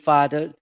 Father